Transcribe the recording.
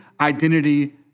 identity